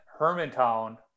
hermantown